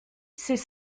ces